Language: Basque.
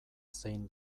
zein